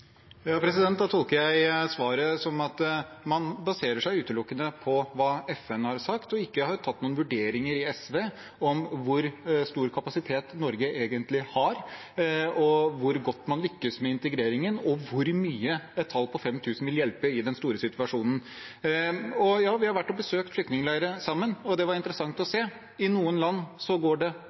hva FN har sagt, og ikke har tatt noen vurderinger i SV av hvor stor kapasitet Norge egentlig har, hvor godt man lykkes med integreringen, og hvor mye et tall på 5 000 vil hjelpe i den store situasjonen. Ja, vi har vært og besøkt flyktningleirer sammen, og det var interessant å se. I noen land går det